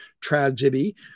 tragedy